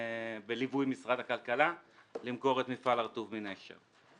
בליווי משרד הכלכלה למכור את מפעל "הר-טוב" מ"נשר".